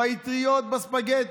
באטריות ובספגטי,